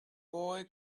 boy